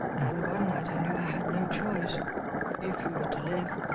and one night i knew i had no choice if you were to live.